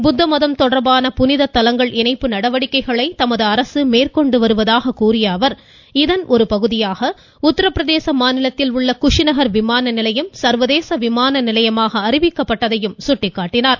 புத்த மதம் தொடர்பான புனித தலங்கள் இணைப்பு நடவடிக்கைகளை தமது அரசு மேற்கொண்டு வருவதாக கூறிய அவர் இதன் ஒரு பகுதியாக உத்தரப்பிரதேச மாநிலம் குஷிநகர் விமான நிலையம் சர்வதேச விமான நிலையமாக அறிவிக்கப்பட்டதை சுட்டிக்காட்டினார்